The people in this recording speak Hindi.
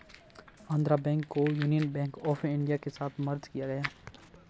आन्ध्रा बैंक को यूनियन बैंक आफ इन्डिया के साथ मर्ज किया गया है